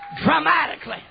dramatically